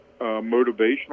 motivational